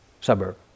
suburb